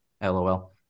lol